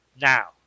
Now